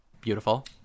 Beautiful